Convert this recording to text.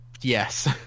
Yes